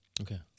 Okay